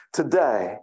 today